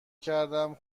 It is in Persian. کردم